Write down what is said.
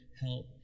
help